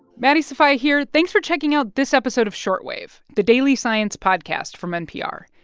maddie sofia here. thanks for checking out this episode of short wave, the daily science podcast from npr.